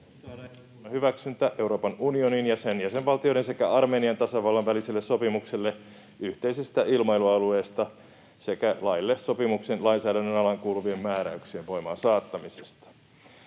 hyväksyntä EU:n ja sen jäsenvaltioiden sekä Ukrainan väliselle sopimukselle yhteisestä ilmailualueesta sekä laille sopimuksen lainsäädännön asiaankuuluvien määräysten voimaansaattamisesta